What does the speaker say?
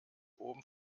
oben